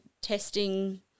testing